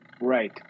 Right